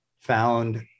found